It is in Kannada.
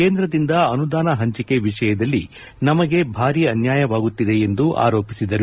ಕೇಂದ್ರದಿಂದ ಅನುದಾನ ಹಂಚಿಕೆ ವಿಷಯದಲ್ಲಿ ನಮಗೆ ಭಾರೀ ಅನ್ಕಾಯವಾಗುತ್ತಿದೆ ಎಂದು ಆರೋಪಿಸಿದರು